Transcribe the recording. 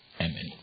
Amen